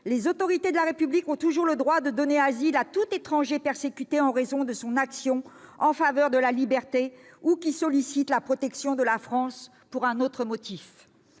les autorités de la République ont toujours le droit de donner asile à tout étranger persécuté en raison de son action en faveur de la liberté ou qui sollicite la protection de la France pour un autre motif.